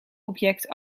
object